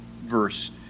verse